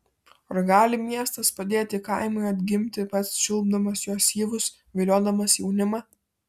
ar gali miestas padėti kaimui atgimti pats čiulpdamas jo syvus viliodamas jaunimą